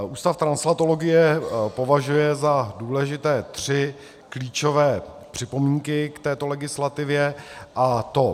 Ústav translatologie považuje za důležité tři klíčové připomínky k této legislativě, a to: